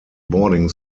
boarding